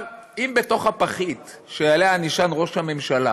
אבל אם בתוך הפחית שעליה נשען ראש הממשלה